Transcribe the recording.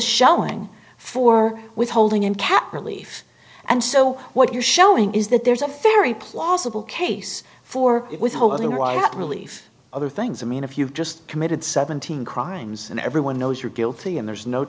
showing for withholding and kept relief and so what you're showing is that there's a very plausible case for withholding while at relief other things i mean if you've just committed seventeen crimes and everyone knows you're guilty and there's no